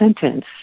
sentence